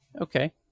Okay